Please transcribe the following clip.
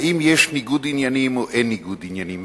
האם יש ניגוד עניינים או אין ניגוד עניינים.